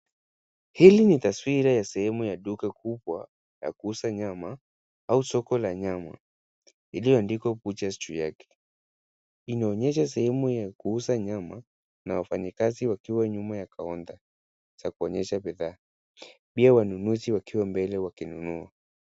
Hii ni taswira ya sehemu ya duka kubwa ya kuuza nyama au soko la nyama, iliyoandikwa butcher juu yake. Inaonyesha sehemu ya kuuza nyama na wafanyikazi wakiwa nyuma ya kaunta, za kuonyesha bidhaa, pia wanunuzi wakiwa mbele wakinunua.